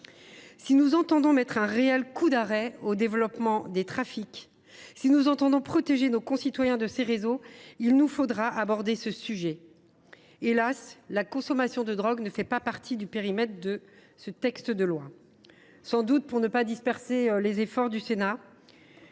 Si nous entendons mettre un réel coup d’arrêt au développement des trafics, si nous entendons protéger nos concitoyens de ces réseaux, il nous faudra aborder ce sujet. Hélas, la consommation de drogue ne fait pas partie du périmètre de ce texte. C’est sans doute pour ne pas disperser les efforts du Sénat,